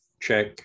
check